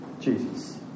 Jesus